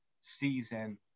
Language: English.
season